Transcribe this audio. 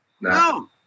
no